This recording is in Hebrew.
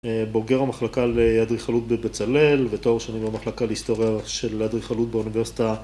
אה.. בוגר המחלקה לאדריכלות בבצלאל ותואר שני למחלקה להסטוריה של האדריכלות באוניברסיטה.